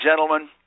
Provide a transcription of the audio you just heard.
gentlemen